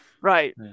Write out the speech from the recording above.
right